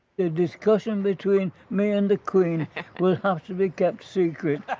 the discussion between me and the queen will have to be kept secret.